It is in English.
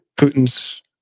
Putin's